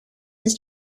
his